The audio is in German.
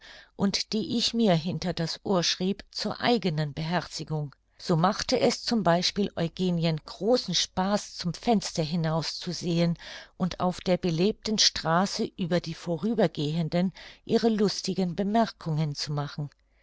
und die ich mir hinter das ohr schrieb zur eigenen beherzigung so machte es z b eugenien großen spaß zum fenster hinaus zu sehen und auf der belebten straße über die vorübergehenden ihre lustigen bemerkungen zu machen